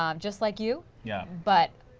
um just like you yeah but,